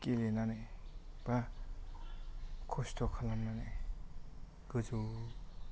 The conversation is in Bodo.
गेलेनानै बा कस्त' खालामनानै गोजौ